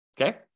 Okay